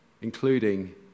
including